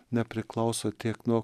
nepriklauso tiek nuo